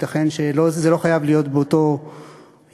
ייתכן שזה לא חייב להיות באותו יום,